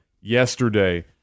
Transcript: yesterday